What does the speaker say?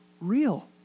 real